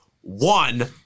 one